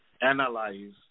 Analyze